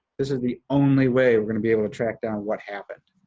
this is the only way we're gonna be able to track down what happened.